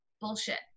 bullshit